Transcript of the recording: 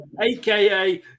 aka